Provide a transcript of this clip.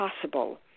possible